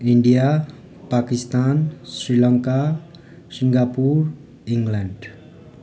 India Pakistan Sri Lanka Singapore England